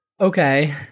Okay